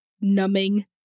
numbing